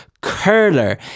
curler